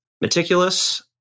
Meticulous